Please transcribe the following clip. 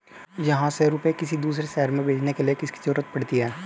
यहाँ से रुपये किसी दूसरे शहर में भेजने के लिए किसकी जरूरत पड़ती है?